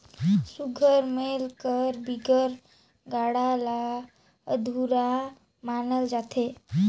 सुग्घर मेल कर बिगर गाड़ा ल अधुरा मानल जाथे